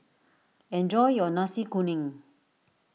enjoy your Nasi Kuning